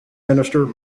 minister